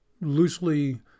loosely